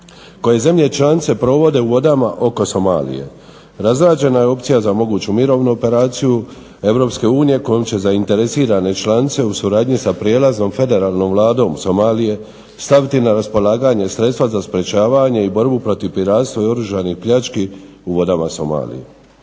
koje zemlje članice provode u vodama oko Somalije. Razrađena je opcija za moguću mirovnu operaciju EU kojom će zainteresirane članice u suradnji sa prijelaznom Federalnom vladom Somalije staviti na raspolaganje sredstva za sprečavanje i borbu protiv piratstva i oružanih pljački u vodama Somalije.